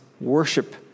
worship